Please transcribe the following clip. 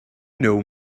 know